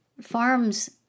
farms